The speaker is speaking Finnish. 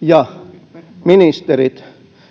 ja ministerit